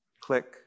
Click